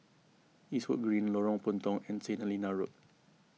Eastwood Green Lorong Puntong and Saint Helena Road